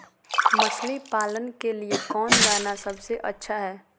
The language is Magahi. मछली पालन के लिए कौन दाना सबसे अच्छा है?